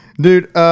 Dude